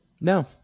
No